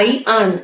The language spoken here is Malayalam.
𝑖 ആണ്